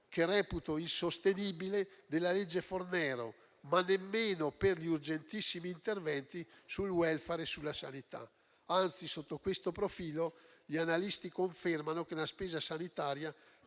lo reputo insostenibile - della legge Fornero, ma nemmeno per gli urgentissimi interventi sul *welfare* e sulla sanità. Anzi, sotto questo profilo, gli analisti confermano che la spesa sanitaria